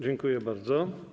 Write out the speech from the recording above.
Dziękuję bardzo.